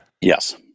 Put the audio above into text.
Yes